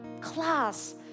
class